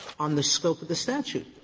on the scope of the statute.